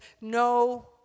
no